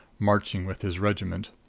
marching with his regiment.